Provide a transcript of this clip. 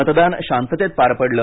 मतदान शांततत पार पडले